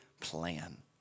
plan